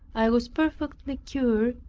i was perfectly cured,